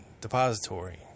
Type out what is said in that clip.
depository